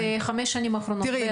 בחמש השנים האחרונות, בערך?